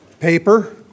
paper